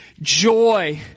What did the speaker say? joy